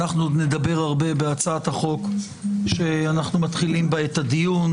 אנחנו עוד נדבר הרבה בהצעת החוק שאנחנו מתחילים בה את הדיון,